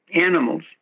animals